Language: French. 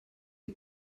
les